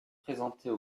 présentées